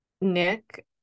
Nick